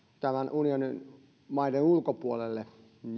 unionin maiden ulkopuolelle